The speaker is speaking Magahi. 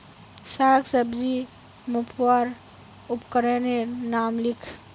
साग सब्जी मपवार उपकरनेर नाम लिख?